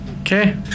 Okay